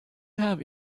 have